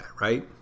Right